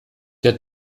der